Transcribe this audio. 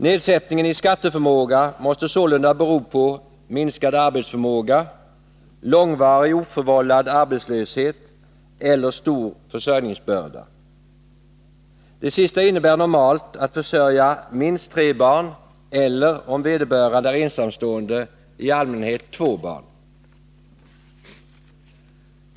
Nedsättningen i skatteförmåga måste sålunda bero på minskad arbetsförmåga, långvarig oförvållad arbetslöshet eller stor försörjningsbörda. Det sista innebär normalt att man måste försörja minst tre barn eller, om vederbörande är ensamstående, i allmänhet två barn.